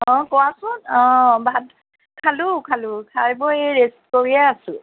অঁ কোৱাচোন অঁ ভাত খালো খালো খাই বৈ এ ৰেষ্ট কৰিয়ে আছোঁ